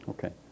Okay